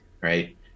right